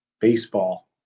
baseball